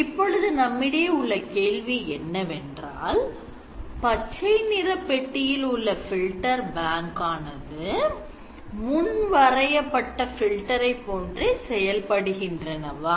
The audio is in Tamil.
இப்பொழுது நம்மிடையே உள்ள கேள்வி என்னவென்றால் பச்சை நிற பெட்டியில் உள்ள filter bank ஆனது முன் வரையப்பட்ட filter ஐ போன்றே செயல்படுகின்றனவா